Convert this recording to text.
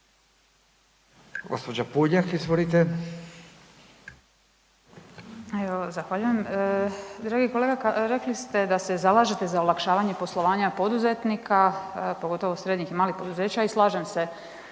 Marijana (Pametno)** Zahvaljujem. Dragi kolega rekli ste da se zalažete za olakšavanje poslovanja poduzetnika, pogotovo srednjih i malih poduzeća i slažem se